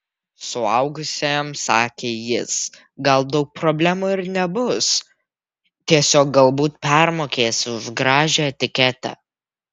suaugusiajam sakė jis gal daug problemų ir nebus tiesiog galbūt permokėsi už gražią etiketę